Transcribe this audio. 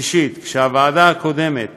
שלישית, כשהוועדה הקודמת